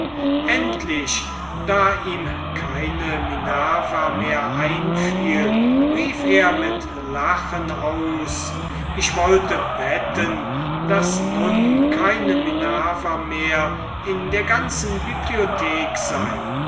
endlich da ihm keine minerva mehr einfiel rief er mit lachen aus ich wollte wetten daß nun keine minerva mehr in der ganzen bibliothek sei